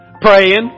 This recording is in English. praying